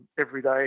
everyday